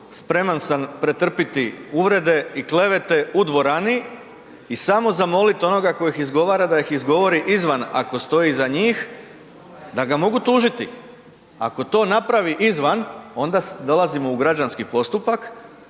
spreman sam pretrpjeti uvrede i klevete u dvorani i samo zamoliti onoga tko iz izgovara da iz izgovori izvan ako stoji iza njih, da ga mogu tužiti. Ako to napravi izvan onda dolazimo u građanski postupak,